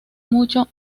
mucho